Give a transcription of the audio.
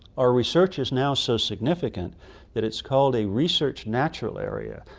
our research is now so significant that it's call a research natural area,